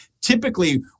Typically